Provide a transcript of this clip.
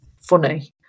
funny